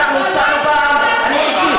אנחנו הצענו פעם, אני אישית.